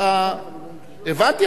הבנתי,